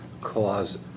cause